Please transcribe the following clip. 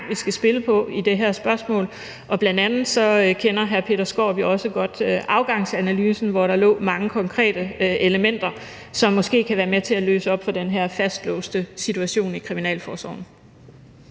vi skal spille på i det her spørgsmål. Bl.a. kender hr. Peter Skaarup jo også godt afgangsanalysen, hvor der lå mange konkrete elementer, som måske kan være med til at løse op for den her fastlåste situation i kriminalforsorgen.